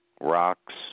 Rocks